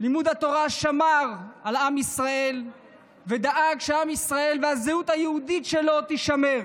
לימוד התורה שמר על עם ישראל ודאג שעם ישראל והזהות היהודית שלו יישמרו.